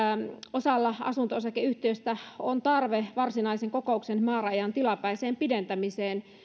osalla asunto osakeyhtiöistä on tarve varsinaisen kokouksen määräajan tilapäiseen pidentämiseen